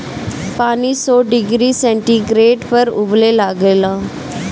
पानी सौ degree centigrade पर उबले लागेला